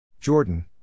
Jordan